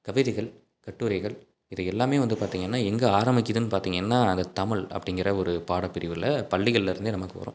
கவிதைகள் கட்டுரைகள் இது எல்லாமே வந்து பார்த்திங்கனா எங்கே ஆரம்பிக்கிதுன்னு பார்த்திங்கனா அந்த தமிழ் அப்படிங்கிற ஒரு பாடப்பிரிவில் பள்ளிகள்லருந்தே நமக்கு வரும்